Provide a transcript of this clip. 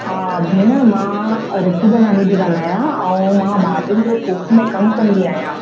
हा भेण मां ऋतु बालाणी पेई ॻाल्हायां ऐं मां भाॼयुनि जो थोक में कमु कंदी आहियां